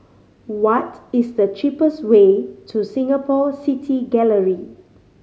what is the cheapest way to Singapore City Gallery